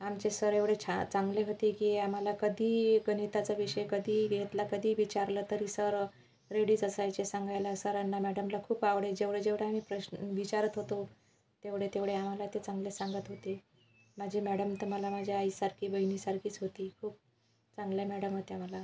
आमचे सर येवडे छा चांगले होते की आम्हाला कधी गणिताचा विषय कधी घेतला कधी विचारलं तरी सर रेडीच असायचे सांगायला सरांना मॅडमला खूप आवडायचे जेवढं जेवढं आम्ही प्रश्न विचारत होतो तेवढे तेवढे आम्हाला ते चांगलं सांगत होते माझी मॅडम तर मला माझ्या आईसारखी बहिणीसारखीच होती खूप चांगल्या मॅडम होत्या मला